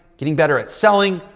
getting better at selling,